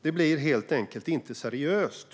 Det blir helt enkelt inte seriöst.